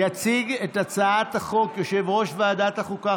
יציג את הצעת החוק יושב-ראש ועדת החוקה,